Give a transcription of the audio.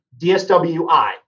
DSWI